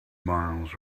miles